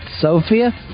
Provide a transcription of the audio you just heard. Sophia